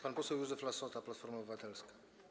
Pan poseł Józef Lassota, Platforma Obywatelska.